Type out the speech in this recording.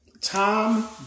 Tom